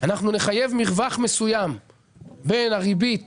אנחנו נחייב מרווח מסוים בין הריבית